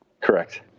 Correct